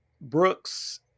Brooks